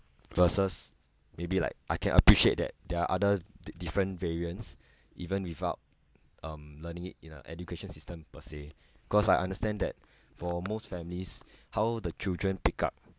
versus maybe like I can appreciate that there are other di~ different variance even without um learning it in our education system per se cause I understand that for most families how the children pick up